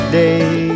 day